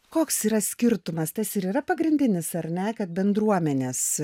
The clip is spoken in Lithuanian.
koks yra skirtumas tas ir yra pagrindinis ar ne kad bendruomenės